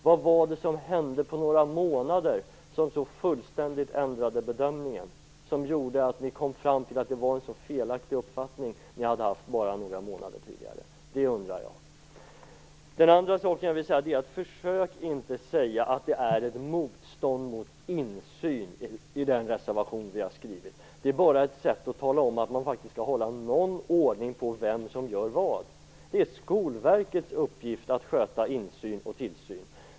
Vad var det som hände på några månader som så fullständigt ändrade bedömningen och gjorde att ni kom fram till att det var en felaktig uppfattning ni hade haft bara några månader tidigare? Det undrar jag. Försök inte säga att det är ett motstånd mot insyn i den reservation som vi har skrivit. Det är bara ett sätt att tala om att man faktiskt skall hålla någon ordning på vem som gör vad. Det är Skolverkets uppgift att sköta insyn och tillsyn.